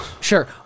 Sure